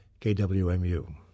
KWMU